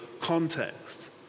context